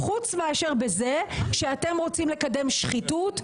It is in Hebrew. חוץ מאשר בזה שאתם רוצים לקדם שחיתות,